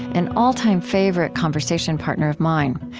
an all-time favorite conversation partner of mine.